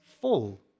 full